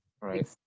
right